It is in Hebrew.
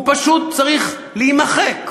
הוא פשוט צריך להימחק.